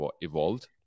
evolved